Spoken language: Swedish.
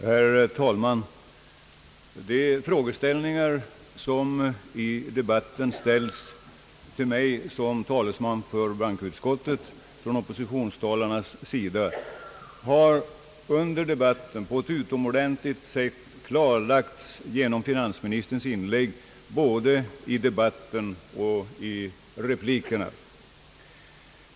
Herr talman! De frågor som från oppositionstalarnas sida under debatten har ställts till mig som talesman för bankoutskottet har på ett utomordentligt sätt besvarats av finansministern i hans inlägg både i huvudanförandet och i replikerna.